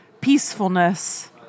peacefulness